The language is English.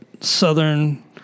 Southern